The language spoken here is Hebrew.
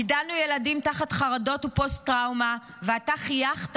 גידלנו ילדים תחת חרדות ופוסט-טראומה, ואתה חייכת